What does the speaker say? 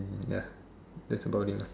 ya that's about it